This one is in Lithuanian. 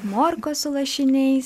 morkos su lašiniais